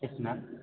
yes ma'am